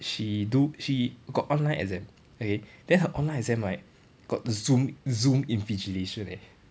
she do she got online exam okay then her online exam right got zoom zoom invigilation eh